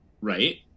right